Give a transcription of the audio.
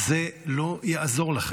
זה לא יעזור לכם.